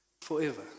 forever